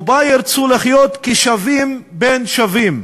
ובה ירצו לחיות כשווים בין שווים.